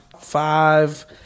Five